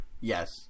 Yes